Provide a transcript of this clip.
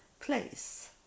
place